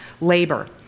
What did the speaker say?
labor